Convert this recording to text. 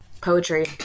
Poetry